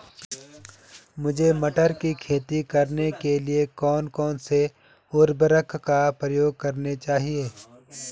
मुझे मटर की खेती करने के लिए कौन कौन से उर्वरक का प्रयोग करने चाहिए?